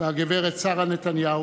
כבוד הנשיא!